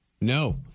No